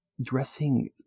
dressing